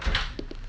pause already